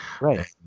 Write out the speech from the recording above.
Right